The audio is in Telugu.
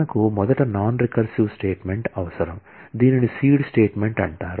మనకు మొదట నాన్ రికర్సివ్ స్టేట్మెంట్ అవసరం దీనిని సీడ్ స్టేట్మెంట్ అంటారు